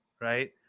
Right